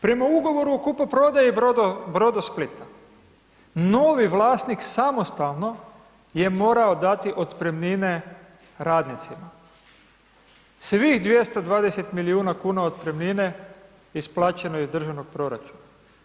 Prema ugovoru o kupoprodaji Brodosplita novi vlasnik samostalno je morao dati otpremnine radnicima, svih 220 milijuna kuna otpremnine isplaćeno je iz državnog proračuna.